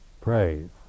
praise